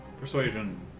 Persuasion